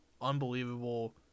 unbelievable